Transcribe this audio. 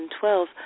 2012